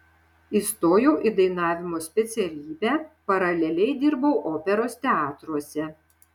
įstojau į dainavimo specialybę paraleliai dirbau operos teatruose